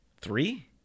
Three